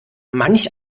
manch